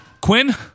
Quinn